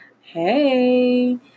Hey